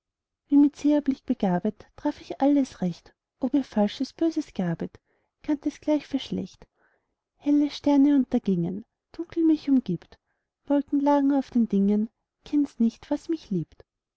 mit seherblick begabet traf ich alles recht ob ihr falsches böses gabet kannt es gleich für schlecht helle sterne untergingen dunkel mich umgiebt wolken lagern auf den dingen kenn's nicht was mich liebt